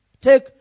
Take